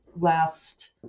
last